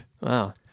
Wow